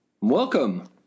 welcome